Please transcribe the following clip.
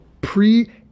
pre